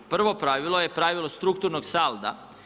Prvo pravilo je pravilo strukturnog salda.